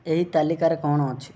ଏହି ତାଲିକାରେ କ'ଣ ଅଛି